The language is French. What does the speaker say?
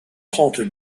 trente